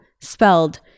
spelled